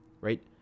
right